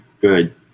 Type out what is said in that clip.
good